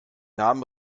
namen